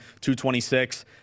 226